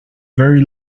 very